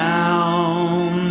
Down